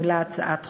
הוא העלה הצעת חוק,